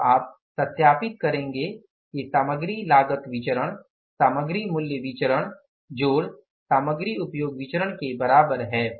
अब आप सत्यापित करेंगे कि सामग्री लागत विचरण सामग्री मूल्य विचरण सामग्री उपयोग विचरण के बराबर है